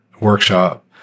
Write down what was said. workshop